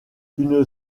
une